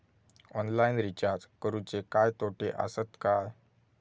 Online recharge करुचे काय तोटे आसत काय?